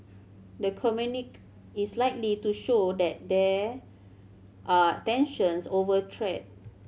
the communique is likely to show that there are tensions over trade